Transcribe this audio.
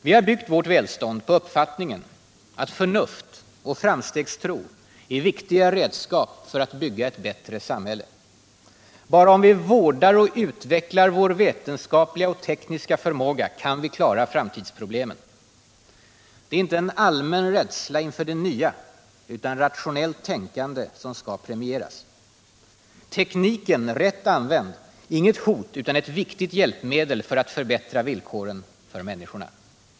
Vi har byggt vårt välstånd på uppfattningen att förnuft och framstegstro är viktiga redskap för att bygga ett bättre samhälle. Bara om vi vårdar och utvecklar vår vetenskapliga och tekniska förmåga kan vi klara framtidsproblemen. Det är inte en allmän rädsla inför det nya utan rationellt tänkande som skall premieras. Tekniken, rätt använd, är inget hot utan ett viktigt hjälpmedel för att förbättra villkoren för människorna.